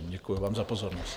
Děkuji vám za pozornost.